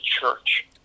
church